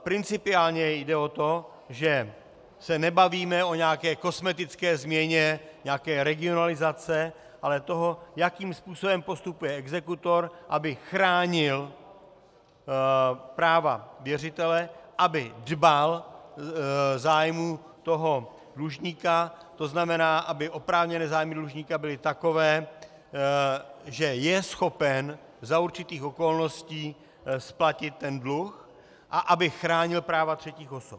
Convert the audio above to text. Principiálně jde o to, že se nebavíme o nějaké kosmetické změně nějaké regionalizace, ale toho, jakým způsobem postupuje exekutor, aby chránil práva věřitele, aby dbal zájmů dlužníka, to znamená, aby oprávněné zájmy dlužníka byly takové, že je schopen za určitých okolností splatit dluh, a aby chránil práva třetích osob.